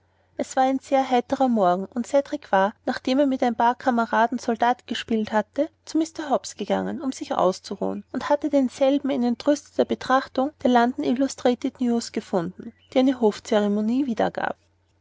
es war ein sehr heiterer morgen und cedrik war nachdem er mit ein paar kameraden soldaten gespielt hatte zu mr hobbs gegangen um sich auszuruhen und hatte denselben in entrüsteter betrachtung der london illustrated news gefunden die eine hofceremonie wiedergab